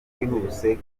bwihuse